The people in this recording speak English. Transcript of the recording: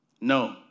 No